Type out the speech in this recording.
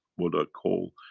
what i call,